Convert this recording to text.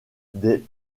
des